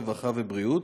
הרווחה והבריאות